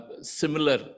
similar